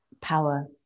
power